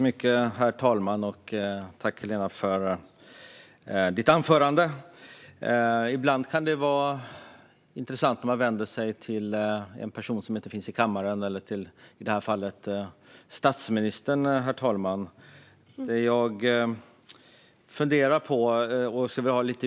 Herr talman! Jag vill tacka Helena för anförandet. Ibland kan det vara intressant att man vänder sig till en person som inte finns i kammaren eller till i det här fallet statsministern. Men jag funderar på en sak.